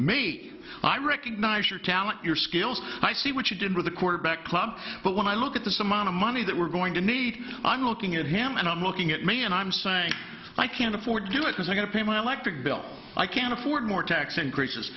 be i recognize your talent your skills i see what you did with a quarterback club but when i look at this amount of money that we're going to need i'm looking at him and i'm looking at me and i'm saying i can't afford to do it is going to pay my electric bill i can afford more tax increases